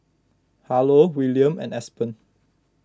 Harlow Wiliam and Aspen